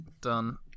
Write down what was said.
Done